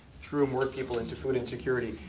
threw more people into food insecurity.